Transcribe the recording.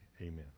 amen